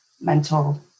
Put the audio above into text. mental